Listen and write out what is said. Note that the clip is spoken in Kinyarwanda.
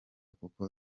kuko